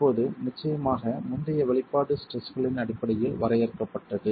இப்போது நிச்சயமாக முந்தைய வெளிப்பாடு ஸ்ட்ரெஸ்களின் அடிப்படையில் வரையறுக்கப்பட்டது